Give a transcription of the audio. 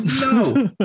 no